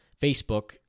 Facebook